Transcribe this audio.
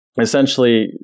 essentially